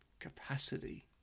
capacity